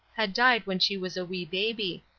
had died when she was a wee baby.